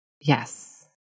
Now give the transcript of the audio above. Yes